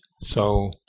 So-